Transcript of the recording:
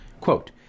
Quote